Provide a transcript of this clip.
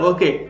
Okay